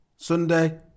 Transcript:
Sunday